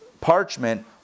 parchment